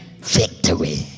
Victory